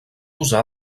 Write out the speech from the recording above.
usar